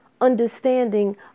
understanding